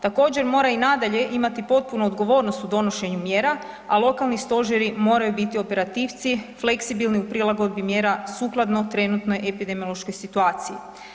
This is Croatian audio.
Također mora i nadalje imati potpunu odgovornost u donošenju mjera, a lokalni stožeri moraju biti operativci, fleksibilni u prilagodbi mjera sukladno trenutnoj epidemiološkoj situaciji.